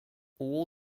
all